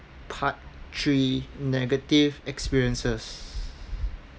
part three negative experiences